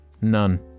none